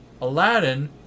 Aladdin